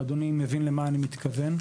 ואדוני מבין למה אני מתכוון,